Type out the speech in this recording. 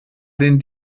den